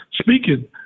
Speaking